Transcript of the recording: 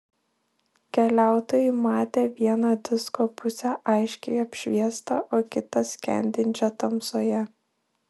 keliautojai matė vieną disko pusę aiškiai apšviestą o kitą skendinčią tamsoje